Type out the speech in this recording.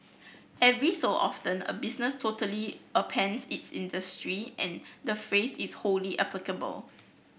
every so often a business totally upends its industry and the phrase is wholly applicable